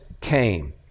came